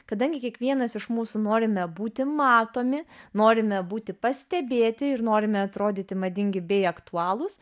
kadangi kiekvienas iš mūsų norime būti matomi norime būti pastebėti ir norime atrodyti madingi bei aktualūs